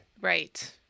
Right